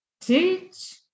Teach